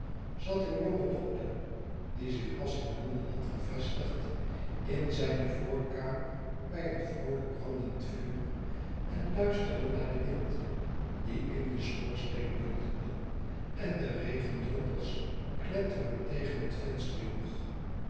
zat een jonge dokter die zich pas in londen had gevestigd in zijne voorkamer bij een vroolijk brandend vuur en luisterde naar den wind die in den schoorsteen bulderde en de regendroppels kletterend tegen het venster joeg